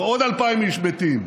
ועוד 2,000 איש מתים.